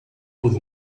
por